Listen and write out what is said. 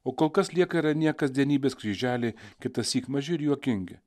o kol kas lieka ir anie kasdienybės kryželiai kitąsyk maži ir juokingi